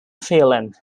feeling